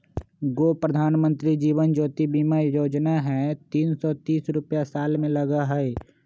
गो प्रधानमंत्री जीवन ज्योति बीमा योजना है तीन सौ तीस रुपए साल में लगहई?